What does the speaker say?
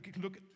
look